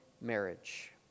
Marriage